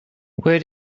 where